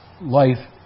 life